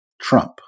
Trump